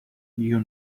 you